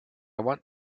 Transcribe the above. want